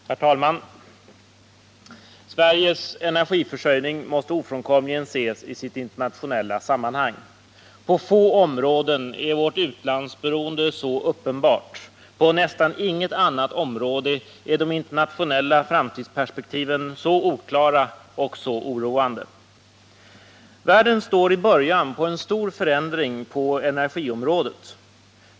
Herr talman! Sveriges energiförsörjning måste ofrånkomligen ses i sitt internationella sammanhang. På få områden är vårt utlandsberoende så uppenbart. På nästan inget annat område är de internationella framtidsperspektiven så oklara och så oroande. Världen står i början på en stor förändring på energiområdet.